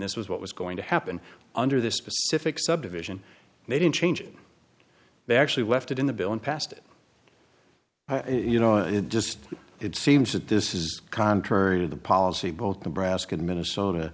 this was what was going to happen under this specific subdivision they didn't change it they actually left it in the bill and passed it you know it just it seems that this is contrary to the policy both the brask and minnesota